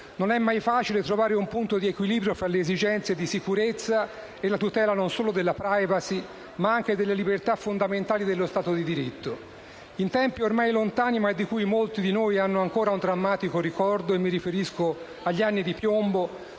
non è mai facile trovare un punto di equilibrio fra le esigenze di sicurezza e la tutela non solo della *privacy*, ma anche delle libertà fondamentali dello Stato di diritto. In tempi ormai lontani, ma di cui molti di noi hanno ancora un drammatico ricordo - mi riferisco agli «anni di piombo»